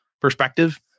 perspective